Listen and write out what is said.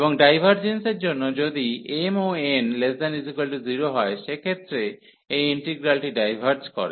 এবং ডাইভার্জেন্সের জন্য যদি mও n0 হয় সেক্ষেত্রে এই ইন্টিগ্রালটি ডাইভার্জ করে